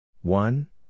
One